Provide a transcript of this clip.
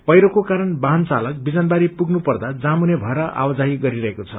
पैझेको कारण वाहन चालक विजनबारी पुगनपर्दा जामुने भएर आवाजाही गरिरहेको छ